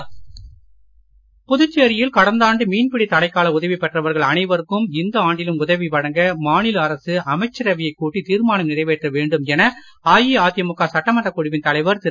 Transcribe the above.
அன்பழகன் புதுச்சேரியில் கடந்தாண்டு மீன்பிடி தடைக்கால உதவி பெற்றவர்கள் அனைவருக்கும் இந்த ஆண்டிலும் உதவி வழங்க மாநில அரசு அமைச்சரவையை கூட்டி தீர்மானம் நிறைவேற்ற வேண்டும் என அஇஅதிமுக சட்டமன்ற குழுவின் தலைவர் திரு